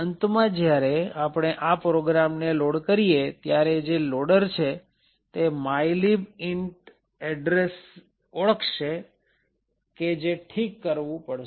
અંતમાં જ્યારે આપણે આ પ્રોગ્રામ ને લોડ કરીએ ત્યારે જે લોડર છે તે mylib int એડ્રેસ ઓળખશે કે જે ઠીક કરવું પડશે